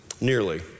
nearly